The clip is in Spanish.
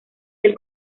del